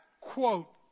quote